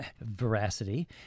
Veracity